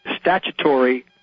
statutory